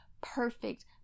perfect